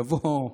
יבוא,